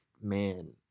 man